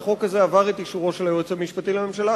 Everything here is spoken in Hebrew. שהחוק הזה עבר את אישורו של היועץ המשפטי לממשלה,